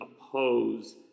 oppose